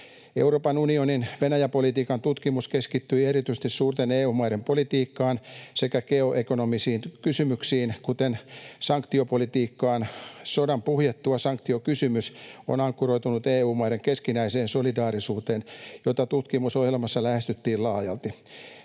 Euroopan unionin Venäjä-politiikan tutkimus keskittyi erityisesti suurten EU-maiden politiikkaan sekä geoekonomisiin kysymyksiin, kuten sanktiopolitiikkaan. Sodan puhjettua sanktiokysymys on ankkuroitunut EU-maiden keskinäiseen solidaarisuuteen, jota tutkimusohjelmassa lähestyttiin laajalti.